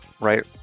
right